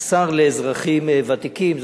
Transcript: השר לאזרחים ותיקים.